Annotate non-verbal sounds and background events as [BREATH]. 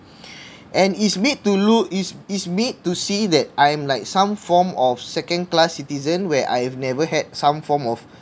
[BREATH] and it's made to look it's it's made to see that I am like some form of second class citizen where I have never had some form of